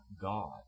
God